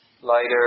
lighter